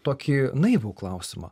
tokį naivų klausimą